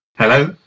Hello